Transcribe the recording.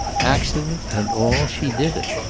accident and all, she did it.